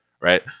right